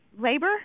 labor